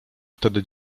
wtedy